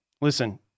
Listen